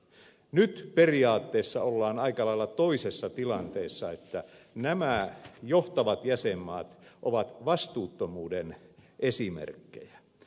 nyt periaatteessa ollaan aika lailla toisessa tilanteessa että nämä johtavat jäsenmaat ovat vastuuttomuuden esimerkkejä